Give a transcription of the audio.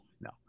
No